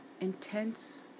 intense